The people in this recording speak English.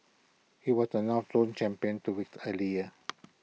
he was the north zone champion two weeks earlier